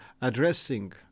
addressing